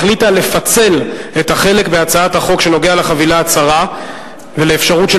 החליטה לפצל את החלק בהצעת החוק שנוגע לחבילה הצרה ולאפשרות של